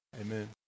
amen